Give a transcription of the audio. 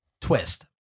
twist